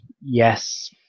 yes